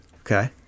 Okay